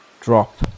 Drop